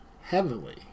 heavily